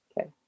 Okay